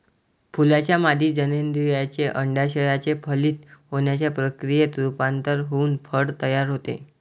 फुलाच्या मादी जननेंद्रियाचे, अंडाशयाचे फलित होण्याच्या प्रक्रियेत रूपांतर होऊन फळ तयार होते